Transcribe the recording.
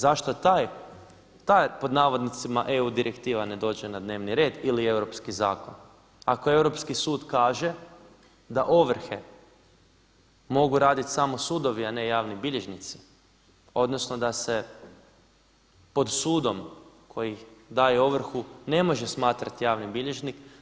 Zašto ta pod navodnicima EU direktiva ne dođe na dnevni red ili europski zakon ako europski sud kaže da ovrhe mogu raditi samo sudovi a ne javni bilježnici, odnosno da se pod sudom koji daje ovrhu ne može smatrati javni bilježnik?